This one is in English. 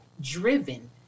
driven